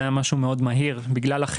זה היה משהו מהיר מאוד בגלל החירום.